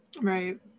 right